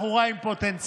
בחורה עם פוטנציאל,